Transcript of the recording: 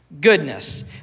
Goodness